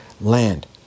land